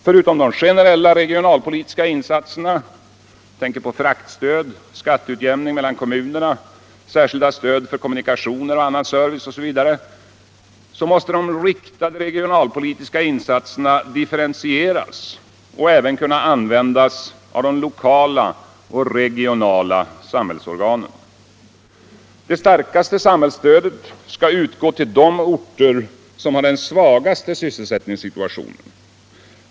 Förutom de generella regionalpolitiska insatserna — jag tänker på fraktstöd, skatteutjämning mellan kommunerna, särskilda stöd för kommunikationer och annan service m.m. — måste de riktade regionalpolitiska insatserna differentieras och även kunna användas av de lokala och regionala samhällsorganen. Det starkaste samhällsstödet skall utgå till de orter som har den svagaste sysselsättningssituationen.